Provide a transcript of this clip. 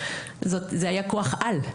זה היה כוח על,